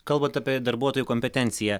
kalbant apie darbuotojų kompetenciją